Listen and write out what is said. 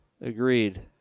Agreed